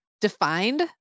defined